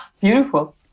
Beautiful